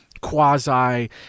quasi